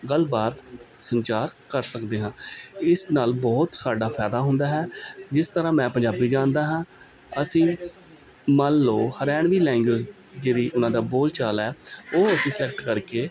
ਗੱਲਬਾਤ ਸੰਚਾਰ ਕਰ ਸਕਦੇ ਹਾਂ ਇਸ ਨਾਲ ਬਹੁਤ ਸਾਡਾ ਫਾਇਦਾ ਹੁੰਦਾ ਹੈ ਜਿਸ ਤਰ੍ਹਾਂ ਮੈਂ ਪੰਜਾਬੀ ਜਾਣਦਾ ਹਾਂ ਅਸੀਂ ਮੰਨ ਲਉ ਹਰਿਆਣਵੀ ਲੈਂਗੁਏਜ ਜਿਹੜੀ ਉਹਨਾਂ ਦਾ ਬੋਲਚਾਲ ਹੈ ਉਹ ਅਸੀਂ ਸਲੈਕਟ ਕਰਕੇ